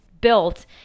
built